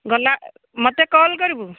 ଗଲା ମୋତେ କଲ୍ କରିବୁ